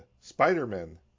Spider-Man